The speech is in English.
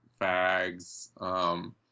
fags